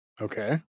Okay